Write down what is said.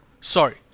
Sorry